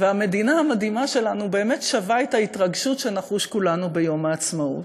והמדינה המדהימה שלנו באמת שווה את ההתרגשות שנחוש כולנו ביום העצמאות.